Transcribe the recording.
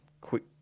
quick